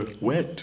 wet